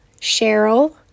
Cheryl